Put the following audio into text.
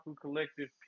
Collective